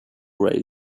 rail